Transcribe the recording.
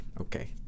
Okay